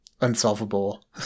unsolvable